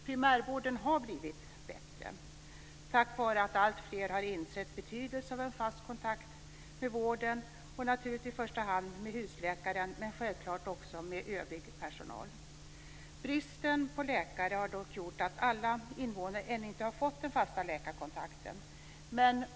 Primärvården har blivit bättre tack vare att alltfler har insett betydelsen av en fast kontakt med vården, naturligtvis i första hand med husläkaren men självklart också med övrig personal. Bristen på läkare har dock gjort att ännu inte alla invånare har fått den fasta läkarkontakten.